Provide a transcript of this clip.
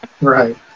Right